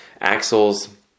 axles